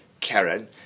Karen